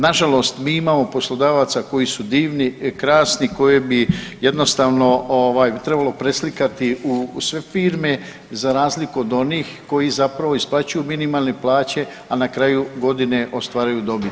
Na žalost mi imamo poslodavaca koji su divni, krasni, koje bi jednostavno trebalo preslikati u sve firme za razliku od onih koji zapravo isplaćuju minimalne plaće, a na kraju godine ostvaruju dobit.